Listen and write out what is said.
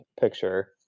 picture